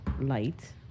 light